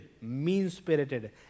mean-spirited